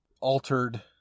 altered